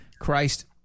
Christ